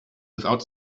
without